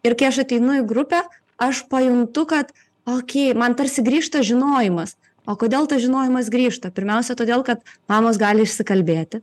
ir kai aš ateinu į grupę aš pajuntu kad okei man tarsi grįžta žinojimas o kodėl tas žinojimas grįžta pirmiausia todėl kad mamos gali išsikalbėti